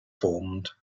formed